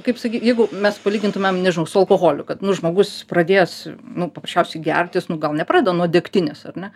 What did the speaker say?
kaip sakyt jeigu mes palygintumėm nežinau su alkoholiu kad nu žmogus pradėjęs nu paprasčiausiai gert jis nu gal nepradeda nuo degtinės ar ne